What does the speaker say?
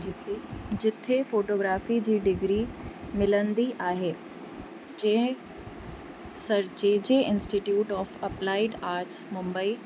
जिते जिते फ़ोटोग्राफ़ी जी डिग्री मिलंदी आहे जीअं Sir J J Institute of Applied Arts Mumbai